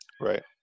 right